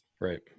Right